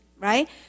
right